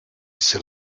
ser